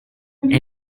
and